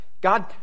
God